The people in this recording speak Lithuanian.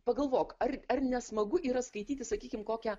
pagalvok ar ar nesmagu yra skaityti sakykim kokią